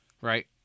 Right